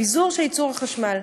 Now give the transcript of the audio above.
ביזור של ייצור החשמל.